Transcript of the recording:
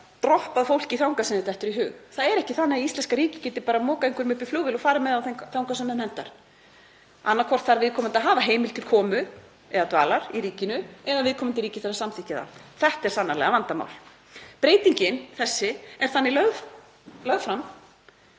droppað fólki þangað sem þeim dettur í hug. Það er ekki þannig að íslenska ríkið geti bara mokað einhverjum upp í flugvél og farið með þá þangað sem því hentar. Annaðhvort þarf viðkomandi að hafa heimild til komu eða dvalar í ríkinu eða viðkomandi ríki þarf að samþykkja það. Þetta er sannarlega vandamál. Þessi breyting er þannig lögð fram